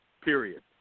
period